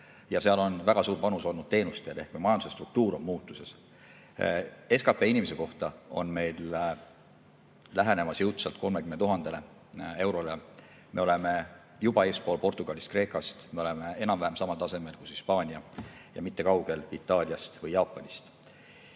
Ja seal on väga suur panus olnud teenustel. Seega meie majanduse struktuur on muutumas. SKP inimese kohta on meil jõudsalt lähenemas 30 000 eurole. Me oleme juba eespool Portugalist ja Kreekast, me oleme enam-vähem samal tasemel kui Hispaania ja mitte kaugel Itaaliast ja Jaapanist.